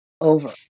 over